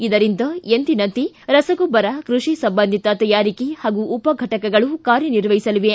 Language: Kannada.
ಇದರಿಂದ ಎಂದಿನಂತೆ ರಸಗೊಬ್ಬರ ಕೃಷಿ ಸಂಬಂಧಿತ ತಯಾರಿಕೆ ಹಾಗೂ ಉಪ ಘಟಕಗಳು ಕಾರ್ಯನಿರ್ವಹಿಸಲಿವೆ